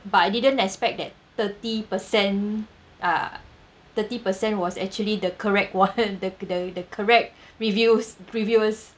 but I didn't expect that thirty percent uh thirty percent was actually the correct [one] the the the correct reviews reviewers